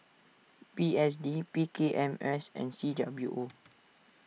P S D P K M S and C W O